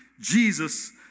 Jesus